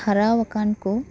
ᱦᱟᱨᱟ ᱟᱠᱟᱱ ᱠᱚ